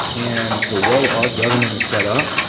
and the way our government is set up,